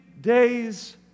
days